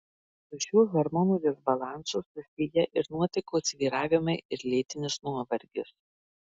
su šiuo hormonų disbalansu susiję ir nuotaikos svyravimai ir lėtinis nuovargis